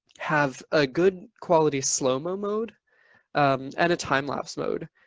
have a good quality slow-mo mode and a time lapse mode.